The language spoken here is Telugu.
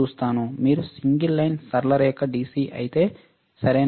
మీరు సింగిల్ లైన్ సరళ రేఖ DC అయితే సరియైనదా